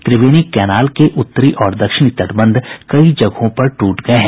त्रिवेणी canal के उत्तरी और दक्षिणी तटबंध कई जगहों पर टूट गये हैं